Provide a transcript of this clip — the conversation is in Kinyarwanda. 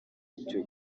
icyo